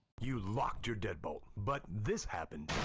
you locked your deadbolt, but this happened.